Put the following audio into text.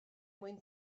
mwyn